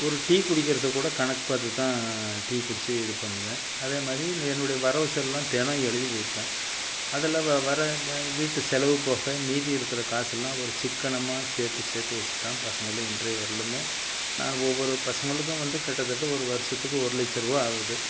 ஒரு டீ குடிக்கிறதை கூட கணக்கு பார்த்து தான் டீ குடித்து இது பண்ணுவேன் அதே மாதிரி என்னுடைய வரவு செலவெலாம் தினம் எழுதி வைப்பேன் அதில் வ வர வ வீட்டு செலவு போக மீதி இருக்கிற காசெல்லாம் ஒரு சிக்கனமாக சேர்த்து சேர்த்து வச்சு தான் பசங்களை இன்றைய வரையிலேயுமே நான் ஒவ்வொரு பசங்களுக்கும் வந்து கிட்ட தட்ட ஒரு வருஷத்துக்கு ஒரு லட்சம் ரூபா ஆகுது